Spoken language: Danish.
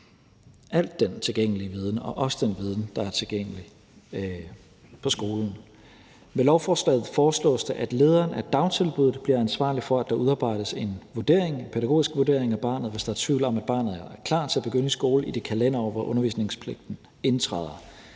al den tilgængelige viden og også den viden, der er tilgængelig på skolen. Med lovforslaget foreslås det, at lederen af tilbuddet bliver ansvarlig for, at der udarbejdes en pædagogisk vurdering af barnet, hvis der er tvivl om, om barnet er klar til at begynde i skolen i det kalenderår, hvor undervisningspligten indtræder,